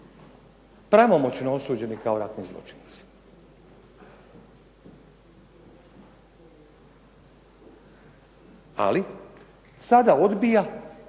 pravomoćno osuđeni kao ratni zločinci. Ali, sada odbija